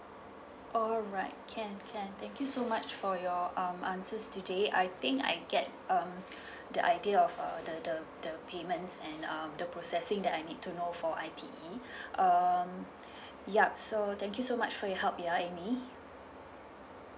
alright can can thank you so much for your um answers today I think I get um the idea of uh the the the payments and um the processing that I need to know for I_T_E um yup so thank you so much for your help ya amy